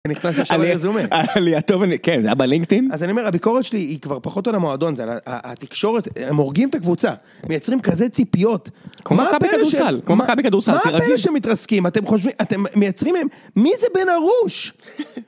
אז אני אומר הביקורת שלי היא כבר פחות על המועדון זה התקשורת הם הורגים את הקבוצה מייצרים כזה ציפיות. כמו מכבי בכדורסל. מי זה בן הרוש.